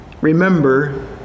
remember